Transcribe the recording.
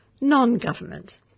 non-government